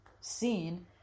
seen